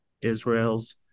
Israel's